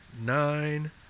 Nine